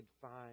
find